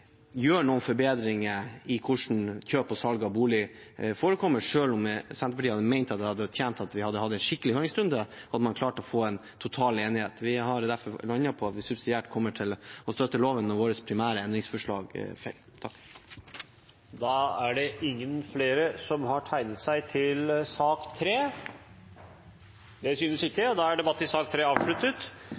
gjør noen forbedringer i hvordan kjøp og salg av bolig forekommer, selv om Senterpartiet mener at hvis vi hadde hatt en skikkelig høringsrunde, hadde man klart å få en total enighet. Vi har derfor landet på at vi subsidiært kommer til å støtte loven når våre primære endringsforslag faller. Flere har ikke bedt om ordet til sak nr. 3. Ingen har bedt om ordet. Etter ønske fra arbeids- og sosialkomiteen vil presidenten foreslå at debatten